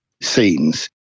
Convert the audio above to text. scenes